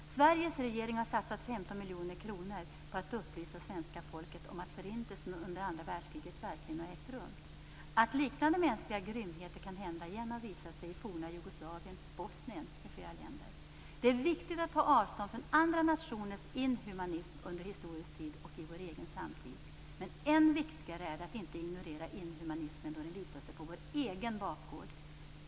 Sveriges regering har satsat 15 miljoner kronor på att upplysa svenska folket om att Förintelsen under andra världskriget verkligen har ägt rum. Att liknande mänskliga grymheter kan hända igen har visat sig i forna Jugoslavien, Bosnien m.fl. Det är viktigt att ta avstånd från andra nationers inhumanism under historisk tid och i vår egen samtid, men än viktigare är det att inte ignorera inhumanismen då den visar sig på vår egen bakgård.